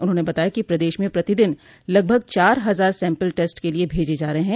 उन्होंने बताया कि प्रदेश में प्रतिदिन लगभग चार हजार सैम्पल टेस्ट के लिये भेजे जा रहे हैं